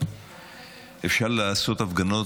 אפשר לעשות הפגנות,